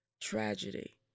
tragedy